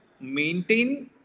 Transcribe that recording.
maintain